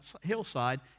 hillside